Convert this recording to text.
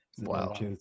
Wow